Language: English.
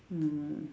mm